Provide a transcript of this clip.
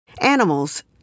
Animals